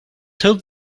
told